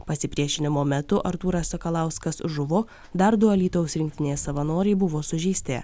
pasipriešinimo metu artūras sakalauskas žuvo dar du alytaus rinktinės savanoriai buvo sužeisti